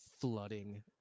flooding